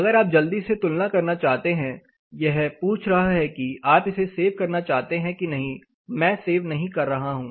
अगर आप जल्दी से तुलना करना चाहते हैं यह पूछ रहा है कि आप इसे सेव करना चाहते हैं कि नहीं मैं सेव नहीं कर रहा हूं